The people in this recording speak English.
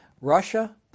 Russia